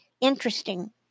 Interesting